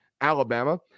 Alabama